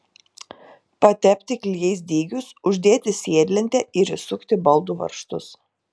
patepti klijais dygius uždėti sėdlentę ir įsukti baldų varžtus